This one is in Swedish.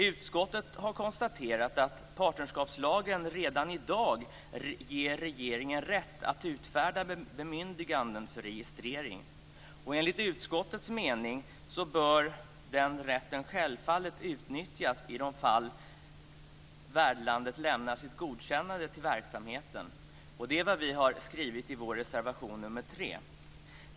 Utskottet har konstaterat att partnerskapslagen redan i dag ger regeringen rätt att utfärda bemyndiganden för registrering, och enligt utskottets mening bör den rätten självfallet utnyttjas i de fall där värdlandet lämnar sitt godkännande till verksamheten. Det är vad vi har skrivit i vår reservation nr 3.